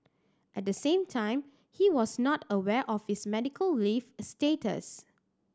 at the time he was not aware of his medical leave status